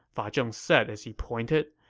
fa zheng said as he pointed.